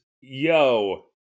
yo